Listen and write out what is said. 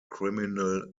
criminal